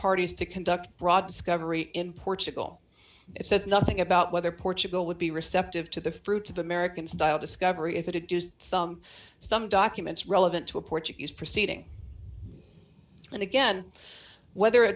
parties to conduct broad discovery in portugal it says nothing about whether portugal would be receptive to the fruits of american style discovery if it had some some documents relevant to a portuguese proceeding then again whether a